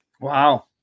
Wow